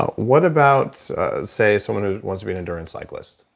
what about say someone who wants to be an endurance cyclist?